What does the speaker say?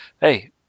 Hey